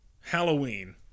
Halloween